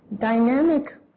dynamic